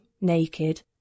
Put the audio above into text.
naked